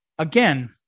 again